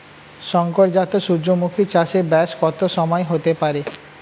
শংকর জাত সূর্যমুখী চাসে ব্যাস কত সময় হতে পারে?